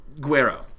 Guero